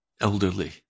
elderly